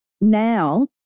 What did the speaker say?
Now